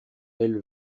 elle